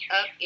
up